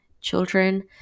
children